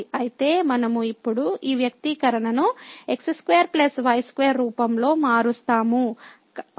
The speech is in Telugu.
అయితే మనము ఇప్పుడు ఈ వ్యక్తీకరణను x2 y2 రూపంలో మారుస్తాము